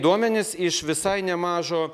duomenys iš visai nemažo